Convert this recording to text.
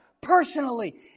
personally